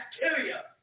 bacteria